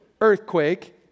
earthquake